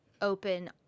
open